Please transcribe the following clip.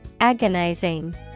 Agonizing